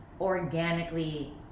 organically